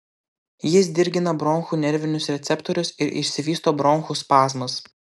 jis dirgina bronchų nervinius receptorius ir išsivysto bronchų spazmas